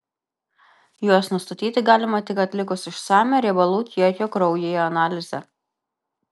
juos nustatyti galima tik atlikus išsamią riebalų kiekio kraujyje analizę